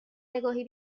نگاهی